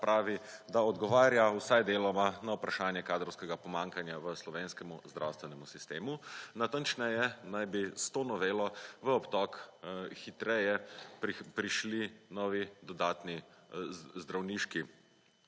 pravi, da odgovarja vsaj deloma na vprašanje kadrovskega pomanjkanja v slovenskem zdravstvenemu sistemu, natančneje naj bi s to novelo v obtok hitreje prišli nove dodatne zdravniške